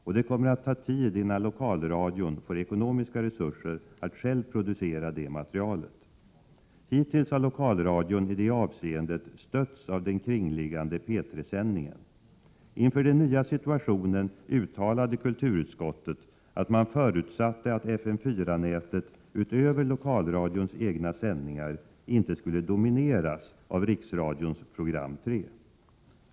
Och det kommer att ta tid innan lokalradion får ekonomiska resurser att själv producera det materialet. Hittills har lokalradion i det avseendet stötts av den kringliggande P 3-sändningen. Inför den nya situationen uttalade kulturutskottet att man förutsatte att FM 4-nätet, utöver lokalradions egna sändningar, inte skulle domineras av riksradions program 3.